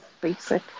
basic